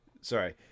sorry